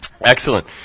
Excellent